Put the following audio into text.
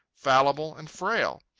fallible, and frail.